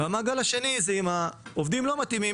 והמעגל השני: אם יש עובדים שלא מתאימים,